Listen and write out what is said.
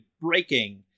breaking